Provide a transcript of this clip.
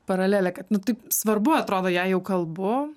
paralelė kad nu taip svarbu atrodo jei jau kalbu